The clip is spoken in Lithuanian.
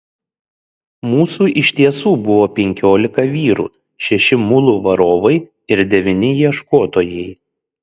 mūsų iš tiesų buvo penkiolika vyrų šeši mulų varovai ir devyni ieškotojai